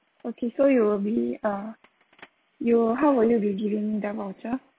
okay so you will be uh you will how will you be giving me the voucher